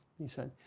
he said,